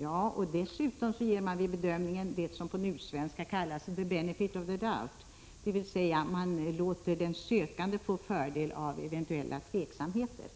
Ja, och dessutom ger man vid bedömningen det som på nusvenska kallas the benefit of the doubt — dvs. man låter den sökande få fördel av eventuella tveksamheter.